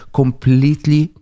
completely